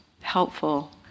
helpful